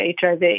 HIV